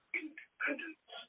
independence